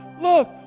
look